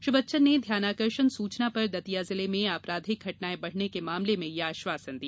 श्री बच्चन ने ध्यानाकर्षण सूचना पर दतिया जिले में आपराधिक घटनाएं बढ़ने के मामले में यह आश्वासन दिया